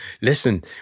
listen